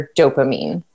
dopamine